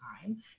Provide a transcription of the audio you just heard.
time